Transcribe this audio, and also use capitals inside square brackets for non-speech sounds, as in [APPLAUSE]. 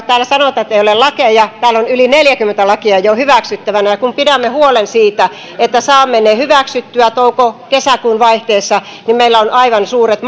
täällä sanotaan ettei ole lakeja täällä on yli neljäkymmentä lakia jo hyväksyttävänä ja kun pidämme huolen siitä että saamme ne hyväksyttyä touko kesäkuun vaihteessa niin meillä on aivan suuret [UNINTELLIGIBLE]